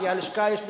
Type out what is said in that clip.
כי ללשכה יש מספרים,